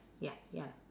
ya ya